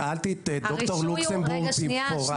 שאלתי את ד"ר לוקסנבורג במפורש.